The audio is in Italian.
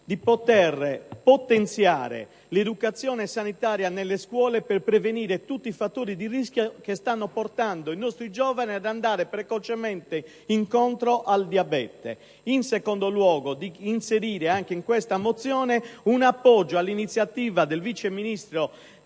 a potenziare l'educazione sanitaria nelle scuole per prevenire tutti i fattori di rischio che stanno portando i nostri giovani precocemente incontro al diabete. Chiedo, in secondo luogo, di inserire nella mozione un appoggio all'iniziativa del vice ministro